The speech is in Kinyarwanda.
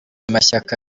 amashyaka